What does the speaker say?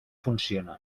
funcionen